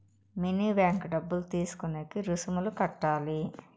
mini bank డబ్బులు తీసుకునేకి రుసుములు కట్టాలి